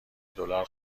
دلار